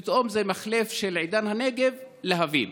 פתאום זה מחלף של "עידן הנגב: להבים".